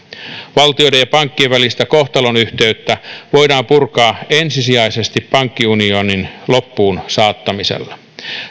valtioiden ja pankkien välistä kohtalonyhteyttä voidaan purkaa ensisijaisesti pankkiunionin loppuun saattamisella